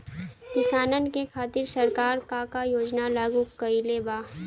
किसानन के खातिर सरकार का का योजना लागू कईले बा?